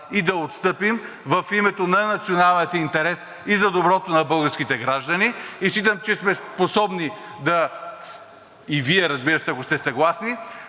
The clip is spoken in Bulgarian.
и да отстъпим в името на националния интерес и за доброто на българските граждани. Считам, че сме способни и Вие, разбира се, ако сте съгласни,